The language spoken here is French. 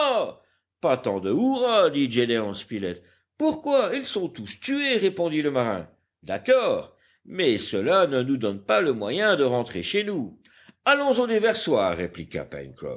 pas tant de hurrahs dit gédéon spilett pourquoi ils sont tous tués répondit le marin d'accord mais cela ne nous donne pas le moyen de rentrer chez nous allons au déversoir répliqua